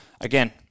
again